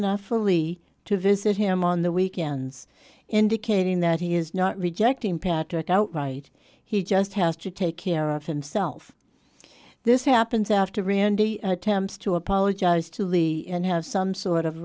awfully to visit him on the weekends indicating that he is not rejecting patrick outright he just has to take care of himself this happens after randy attempts to apologize to lee and have some sort of